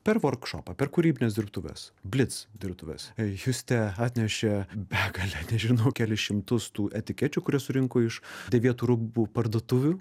per vorkšopą per kūrybines dirbtuves blic dirbtuves justė atnešė begalę nežinau kelis šimtus tų etikečių kurias surinko iš dėvėtų rūbų parduotuvių